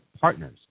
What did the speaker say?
partners